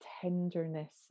tenderness